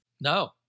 No